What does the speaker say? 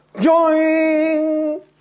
Join